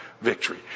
victory